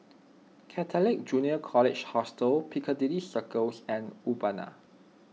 Catholic Junior College Hostel Piccadilly Circus and Urbana